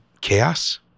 chaos